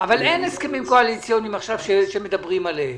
אבל אין עכשיו הסכמים קואליציוניים שמדברים עליהם.